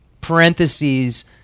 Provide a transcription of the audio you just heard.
parentheses